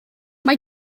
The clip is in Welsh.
mae